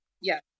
Yes